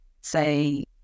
say